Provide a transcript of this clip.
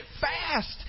fast